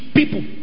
people